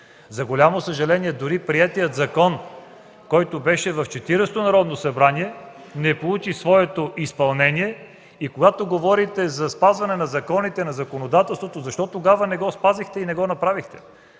За голямо съжаление дори приетият закон, който беше в Четиридесетото Народно събрание, не получи своето изпълнение. Когато говорите за спазване на законите, на законодателството, защо тогава не го спазихте и не го направихте?